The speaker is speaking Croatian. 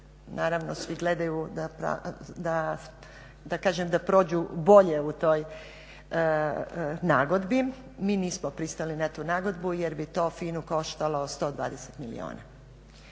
naravno svi gledaju da kažem da prođu bolje u toj nagodbi. Mi nismo pristali na tu nagodbu jer bi to FINA-u koštalo 120 milijuna.